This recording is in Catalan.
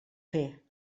fer